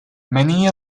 many